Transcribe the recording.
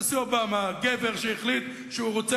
הנשיא אובמה הוא גבר שהחליט שהוא רוצה